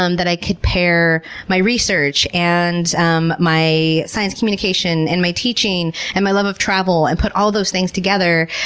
um that i could pair my research, and um my science communication, and my teaching, and my love of travel and put all those things together,